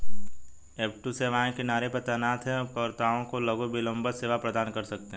F two C सेवाएं किनारे पर तैनात हैं, उपयोगकर्ताओं को लघु विलंबता सेवा प्रदान कर सकते हैं